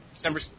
December